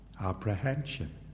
apprehension